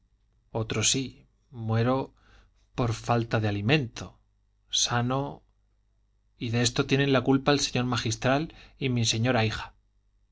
tabaco otrosí muero por falta de alimento sano y de esto tienen la culpa el señor magistral y mi señora hija